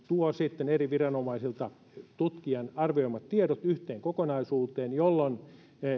tuo sitten eri viranomaisilta tutkijan arvioimat tiedot samaan matriisiin yhteen kokonaisuuteen jolloin